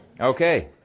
Okay